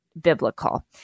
biblical